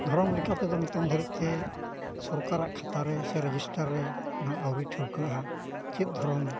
ᱫᱷᱚᱨᱚᱢ ᱞᱮᱠᱟᱛᱮᱫᱚ ᱱᱤᱛᱚᱜ ᱫᱷᱟᱹᱨᱤᱡᱛᱮ ᱥᱨᱠᱟᱨᱟᱜ ᱠᱷᱟᱛᱟ ᱨᱮ ᱥᱮ ᱨᱮᱡᱤᱥᱴᱟ ᱨᱮ ᱱᱟᱜ ᱟᱹᱣᱨᱤ ᱴᱷᱟᱹᱣᱠᱟᱹᱜᱼᱟ ᱪᱮᱫ ᱫᱷᱚᱨᱚᱢ